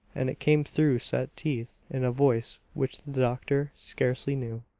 and it came through set teeth, in a voice which the doctor scarcely knew.